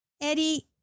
Eddie